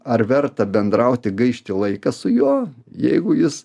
ar verta bendrauti gaišti laiką su juo jeigu jis